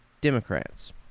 Democrats